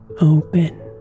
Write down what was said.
open